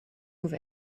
move